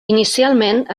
inicialment